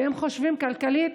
אם חושבים כלכלית,